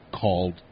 called